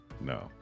no